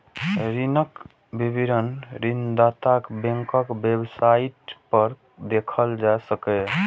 ऋणक विवरण ऋणदाता बैंकक वेबसाइट पर देखल जा सकैए